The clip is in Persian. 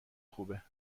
خوبه